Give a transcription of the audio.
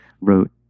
wrote